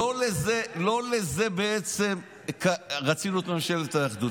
לא לזה רצינו את ממשלת האחדות.